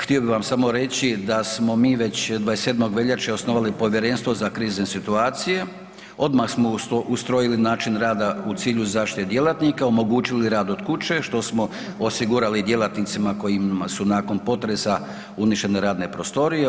Htio bi vam samo reći da smo mi već 27. veljače osnovali povjerenstvo za krizne situacije, odmah smo ustrojili način rada u cilju zaštite djelatnika, omogućili rad od kuće što smo osigurali djelatnicima kojima su nakon potresa uništene radne prostorije.